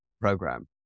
program